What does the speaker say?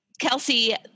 Kelsey